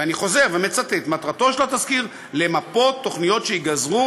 ואני חוזר ומצטט: מטרתו של התסקיר למפות תוכניות שייגזרו